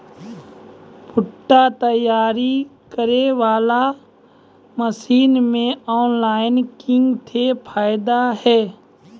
भुट्टा तैयारी करें बाला मसीन मे ऑनलाइन किंग थे फायदा हे?